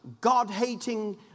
God-hating